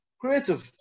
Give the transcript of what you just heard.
creative